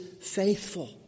faithful